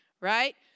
right